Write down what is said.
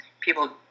people